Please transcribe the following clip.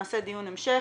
נעשה דיון המשך,